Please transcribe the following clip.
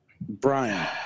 Brian